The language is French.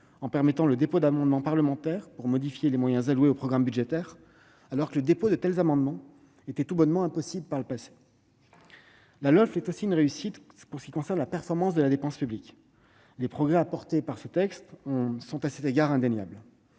en autorisant le dépôt d'amendements parlementaires visant à modifier les moyens alloués aux programmes budgétaires, alors que le dépôt de tels amendements était tout bonnement impossible par le passé. Il s'agit aussi d'une réussite en ce qui concerne la performance de la dépense publique. Les progrès apportés par ce texte sont à cet égard indéniables.